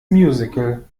musical